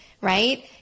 right